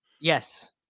Yes